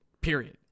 period